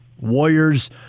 Warriors